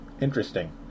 interesting